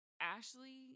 ashley